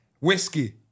Whiskey